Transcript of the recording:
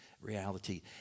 reality